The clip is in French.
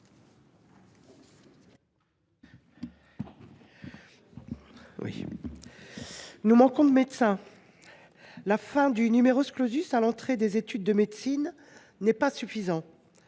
Nous manquons de médecins. La fin du à l’entrée des études de médecine n’est pas suffisante.